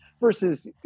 versus